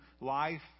life